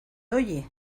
oye